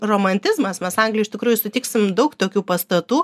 romantizmas mes anglijoj iš tikrųjų sutiksim daug tokių pastatų